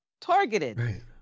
targeted